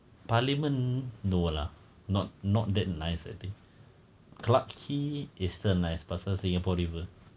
parliament no lah not not that nice I think clarke quay is still nice pasal singapore river